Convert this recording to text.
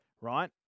Right